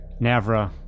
Navra